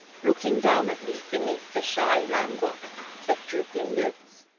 looking down at me beneath a shy languor of drooping lids,